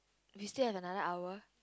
we still have another hour